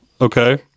okay